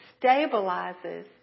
stabilizes